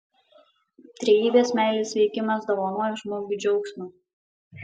trejybės meilės veikimas dovanoja žmogui džiaugsmą